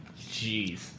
Jeez